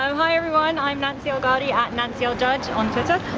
hi everyone, i'm nancy el gaudi, at nancy eljudge on twitter,